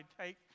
take